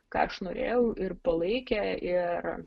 ką aš norėjau ir palaikė ir